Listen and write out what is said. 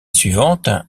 suivante